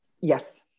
Yes